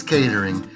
Catering